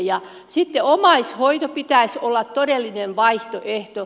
ja sitten omaishoidon pitäisi olla todellinen vaihtoehto